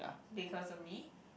because of me